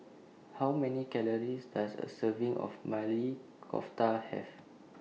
How Many Calories Does A Serving of Maili Kofta Have